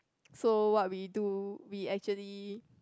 so what we do we actually